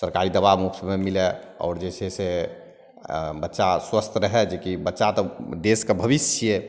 सरकारी दवा मुफ्तमे मिलै आओर जे छै से अएँ बच्चा स्वस्थ रहै जेकि बच्चा तऽ देशके भविष्य छिए